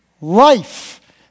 life